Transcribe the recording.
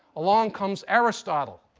along comes aristotle.